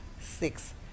six